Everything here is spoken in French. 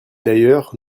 d’ailleurs